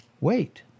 Wait